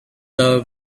the